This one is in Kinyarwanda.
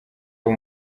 aba